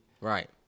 Right